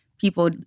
people